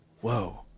Whoa